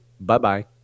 bye-bye